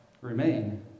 remain